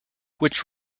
which